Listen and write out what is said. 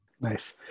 Nice